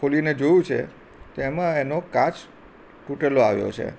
ખોલીને જોયું છે તો એમાં એનો કાચ તૂટેલો આવ્યો છે